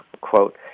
quote